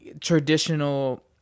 traditional